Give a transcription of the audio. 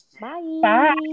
bye